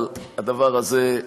אבל הדבר הזה,